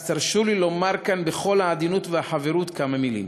אז תרשו לי לומר כאן בכל העדינות והחברות כמה מילים.